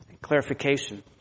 clarification